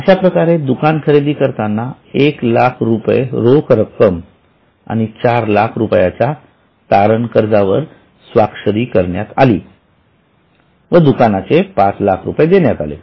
अश्याप्रकारे दुकान खरेदी करताना १००००० रुपये रोख रक्कम आणि ४००००० रुपयाच्या तारण कर्जावर स्वाक्षरी करण्यात आली व दुकानाचे पाच लाख रुपये देण्यात आले